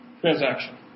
Transaction